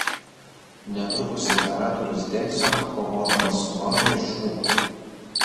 netrukus imperatorius decio kovodamas su gotais žūva